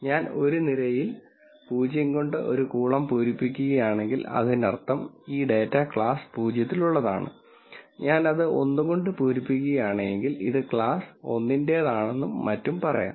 ഞാൻ ഒരു നിരയിൽ 0 കൊണ്ട് ഒരു കോളം പൂരിപ്പിക്കുകയാണെങ്കിൽ അതിനർത്ഥം ഈ ഡാറ്റ ക്ലാസ് 0 ൽ ഉള്ളതാണ് ഞാൻ അത് 1 കൊണ്ട് പൂരിപ്പിക്കുകയാണെങ്കിൽ ഇത് ക്ലാസ് 1 ന്റേതാണെന്നും മറ്റും പറയാം